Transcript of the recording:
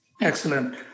Excellent